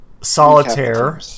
solitaire